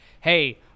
hey